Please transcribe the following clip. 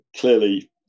clearly